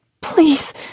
Please